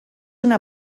una